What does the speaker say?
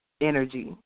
energy